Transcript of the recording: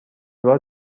بار